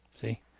See